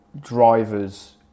drivers